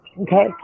Okay